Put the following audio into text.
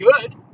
good